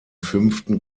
fünften